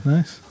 Nice